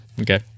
Okay